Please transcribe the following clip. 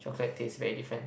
chocolate taste very different